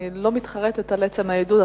אני לא מתחרטת על עצם העידוד.